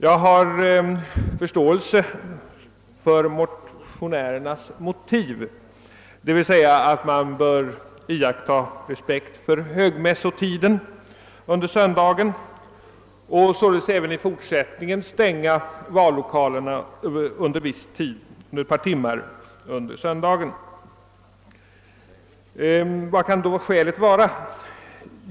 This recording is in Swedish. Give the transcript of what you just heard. Jag har förståelse för motionärernas motiv, nämligen att man bör respektera högmässotiden under söndagen och således även i fortsättningen hålla vallokalerna stängda ett par timmar. Vilka kan då skälen till min inställning vara?